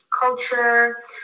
culture